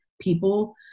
people